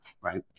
Right